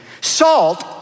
salt